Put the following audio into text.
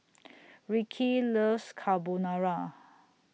Rickey loves Carbonara